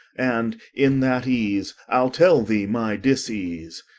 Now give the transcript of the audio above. and in that ease, ile tell thee my disease.